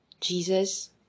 Jesus